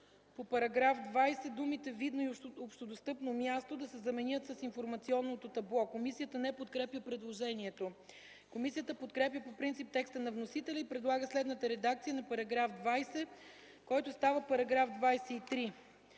Тончев: „§ 20. Думите „видно и общодостъпно място” да се заменят с „информационното табло”.” Комисията не подкрепя предложението. Комисията подкрепя по принцип текста на вносителя и предлага следната редакция на § 20, който става § 23: „§ 23.